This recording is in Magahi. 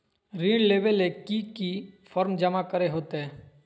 ऋण लेबे ले की की फॉर्म जमा करे होते?